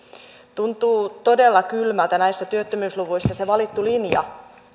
tuntuu todella kylmältä näissä työttömyysluvuissa se valittu linja